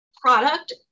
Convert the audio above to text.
product